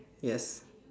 yes